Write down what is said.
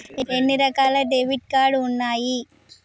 ఎన్ని రకాల debit card ఉన్నాయి?